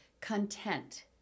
content